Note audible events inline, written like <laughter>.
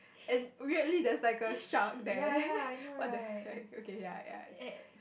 and weirdly there's like a shark there <laughs> what the heck okay ya ya